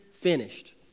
finished